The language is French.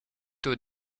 tôt